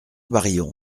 barillon